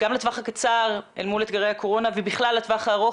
גם לטווח הקצר אל מול אתגרי הקורונה ובכלל לטווח הארוך.